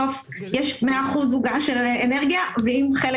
בסוף יש 100% עוגה של אנרגיה ואם חלק